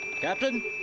Captain